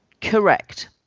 Correct